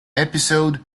episode